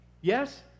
Yes